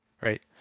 right